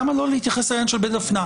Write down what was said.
למה לא להתייחס לעניין של בית דפנה?